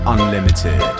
Unlimited